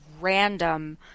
random